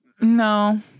No